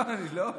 לא, אני לא.